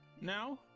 now